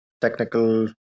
technical